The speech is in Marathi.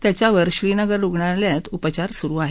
त्याच्यावर श्रीनगर रुग्णालयात उपचार सुरु आहेत